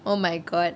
oh my god